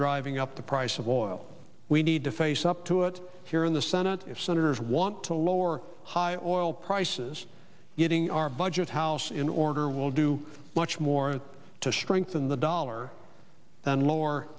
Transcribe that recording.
driving up the price of oil we need to face up to it here in the senate if senators want to lower our high or oil prices getting our budget house in order will do much more to strengthen the dollar and lower